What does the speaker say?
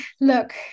look